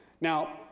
Now